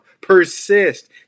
Persist